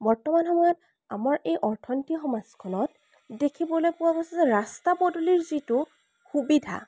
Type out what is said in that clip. বৰ্তমান সময়ত আমাৰ এই অৰ্থনীতিৰ সমাজখনত দেখিবলৈ পোৱা গৈছে যে ৰাস্তা পদূলিৰ যিটো সুবিধা